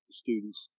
students